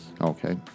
Okay